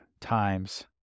times